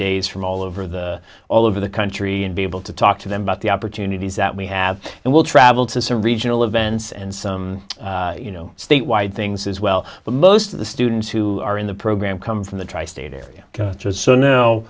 days from all over the all over the country and be able to talk to them about the opportunities that we have and will travel to some regional events and some you know state wide things as well but most of the students who are in the program come from the tri state area